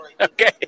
Okay